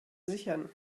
sichern